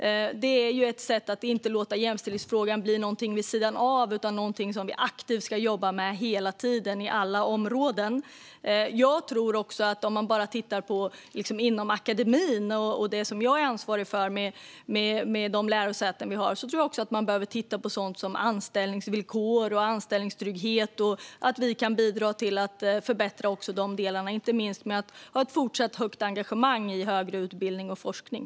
Det är ett sätt att inte låta jämställdhetsfrågan bli någonting vid sidan av utan någonting vi aktivt ska jobba med hela tiden, på alla områden. När det gäller akademin och det jag är ansvarig för - de lärosäten vi har - tror jag också att vi behöver titta på sådant som anställningsvillkor och anställningstrygghet. Vi kan bidra till att förbättra inte minst de delarna, och vi kan ha ett fortsatt starkt engagemang i högre utbildning och forskning.